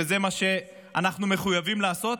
וזה מה שאנחנו מחויבים לעשות,